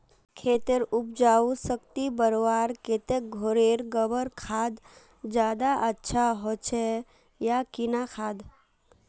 खेतेर उपजाऊ शक्ति बढ़वार केते घोरेर गबर खाद ज्यादा अच्छा होचे या किना खाद?